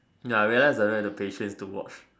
ya I realize I don't have the patience to watch